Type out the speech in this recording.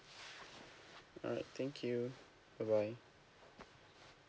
alright thank you bye bye